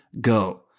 go